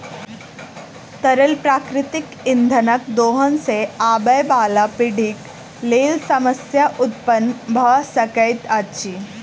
तरल प्राकृतिक इंधनक दोहन सॅ आबयबाला पीढ़ीक लेल समस्या उत्पन्न भ सकैत अछि